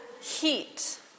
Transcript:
heat